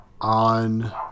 on